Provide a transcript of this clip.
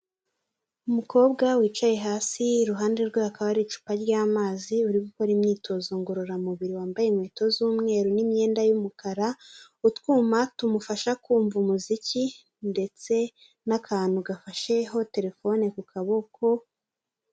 Umukobwa wicaye hasi iruhande rwe hakaba hari icupa ry'amazi uri gukora imyitozo ngororamubiri, wambaye inkweto z'umweru n'imyenda y'umukara, utwuma tumufasha kumva umuziki ndetse n'akantu gafasheho telefone ku kaboko.